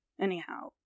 Anyhow